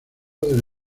del